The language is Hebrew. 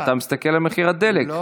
כי אתה מסתכל על מחיר הדלק.